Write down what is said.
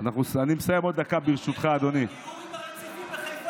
אתה עונה על חוק הגיור?